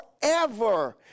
Forever